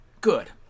Good